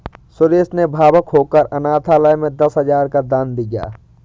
सुरेश ने भावुक होकर अनाथालय में दस हजार का दान दिया